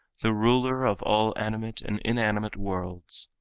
the ruler of all animate and inanimate worlds!